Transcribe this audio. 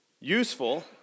Useful